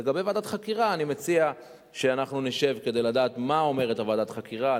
לגבי ועדת חקירה אני מציע שאנחנו נשב כדי לדעת מה אומרת ועדת החקירה.